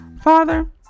Father